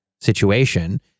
situation